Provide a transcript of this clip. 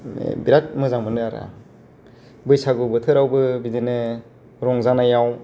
बिरात मोजां मोनो आरो आं बैसागु बोथोरावबो बिदिनो रंजानायाव